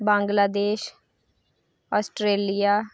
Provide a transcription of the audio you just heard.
बांगला देश अस्ट्रेलिया